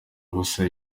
ubusa